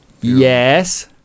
Yes